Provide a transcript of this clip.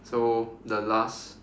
so the last